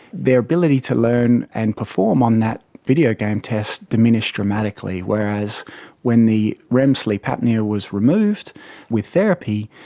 their ability to learn and perform on that videogame test diminished dramatically. whereas when the rem sleep apnoea was removed with therapy,